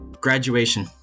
Graduation